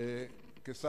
כשר